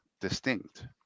Distinct